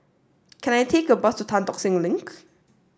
can I take a bus to Tan Tock Seng Link